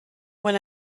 when